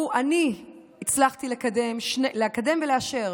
אני הצלחתי לקדם ולאשר